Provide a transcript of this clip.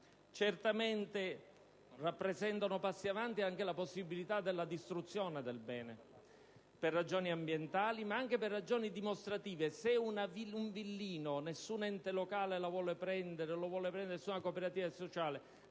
Certamente rappresenta un passo avanti anche la possibilità della distruzione del bene, per ragioni ambientali ma anche per ragioni dimostrative: se nessun ente locale o nessuna cooperativa sociale